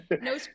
No